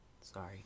sorry